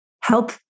help